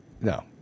No